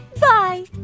Bye